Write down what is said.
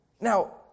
Now